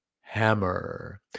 hammer